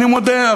אני מודה,